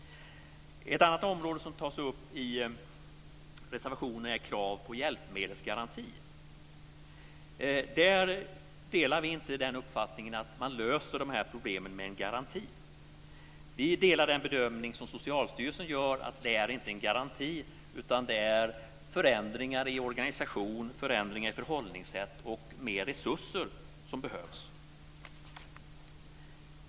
Ett annat område som tas upp i reservationerna är krav på hjälpmedelsgaranti. Vi delar inte uppfattningen att man löser de här problemen med en garanti. Vi delar den bedömning som Socialstyrelsen gör om att det inte är en garanti utan förändringar i organisation och förhållningssätt samt mer resurser som behövs.